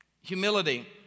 Humility